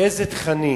איזה תכנים,